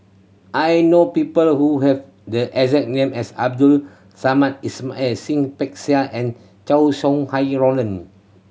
I know people who have the exact name as Abdul Samad and and Chow Sau Hai Roland